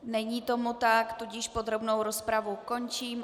Není tomu tak, tudíž podrobnou rozpravu končím.